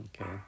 Okay